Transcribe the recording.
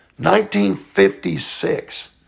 1956